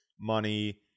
money